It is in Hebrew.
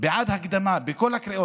בעד הקדמה בכל הקריאות.